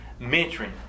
Mentoring